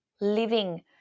living